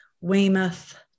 Weymouth